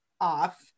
off